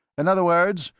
in other words,